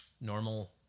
normal